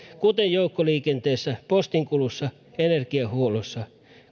kuten joukkoliikenteessä postinkulussa ja energiahuollossa